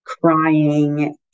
crying